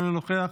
אינו נוכח,